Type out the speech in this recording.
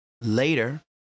Later